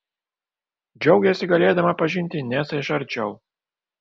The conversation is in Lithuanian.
džiaugėsi galėdama pažinti inesą iš arčiau